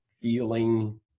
feeling